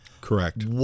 Correct